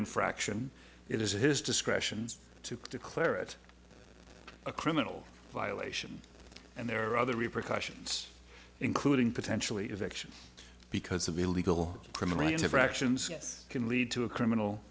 infraction it is in his discretion to declare it a criminal violation and there are other repercussions including potentially eviction because of illegal criminal interactions can lead to a criminal